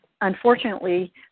unfortunately